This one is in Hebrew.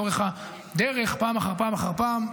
לאורך הדרך פעם אחר פעם,